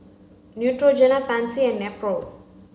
Neutrogena Pansy and Nepro